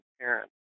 parents